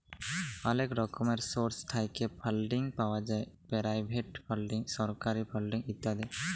অলেক রকমের সোর্স থ্যাইকে ফাল্ডিং পাউয়া যায় পেরাইভেট ফাল্ডিং, সরকারি ফাল্ডিং ইত্যাদি